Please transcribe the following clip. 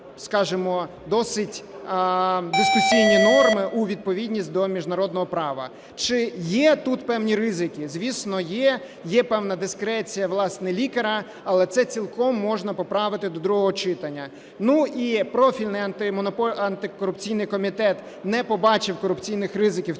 досить дискусійні норми у відповідність до міжнародного права. Чи є тут певні ризики? Звісно, є. Є певна дискреція, власне, лікаря, але це цілком можна поправити до другого читання. І профільний антикорупційний комітет не побачив корупційних ризиків